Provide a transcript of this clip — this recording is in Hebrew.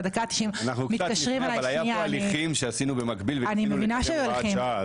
בדקה ה- 90. אבל היה פה הליכים שעשינו במקביל וחיכינו לקבל הוראת שעה.